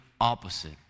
opposite